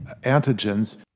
antigens